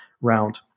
round